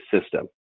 system